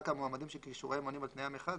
המועמדים שכישוריהם עונים על תנאי המכרז.